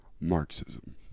Marxism